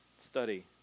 study